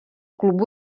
klubu